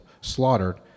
slaughtered